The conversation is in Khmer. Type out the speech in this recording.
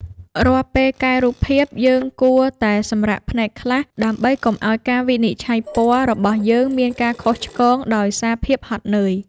រាល់ពេលកែរូបភាព យើងគួរតែសម្រាកភ្នែកខ្លះ ដើម្បីកុំឱ្យការវិនិច្ឆ័យពណ៌របស់យើងមានការខុសឆ្គងដោយសារភាពហត់នឿយ។